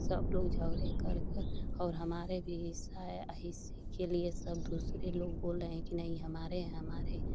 सब लोग झगड़े करकर और हमारे भी हिस्सा है हिस्से के लिए सब दूसरे लोग बोल रहे हैं कि नहीं हमारे है हमारे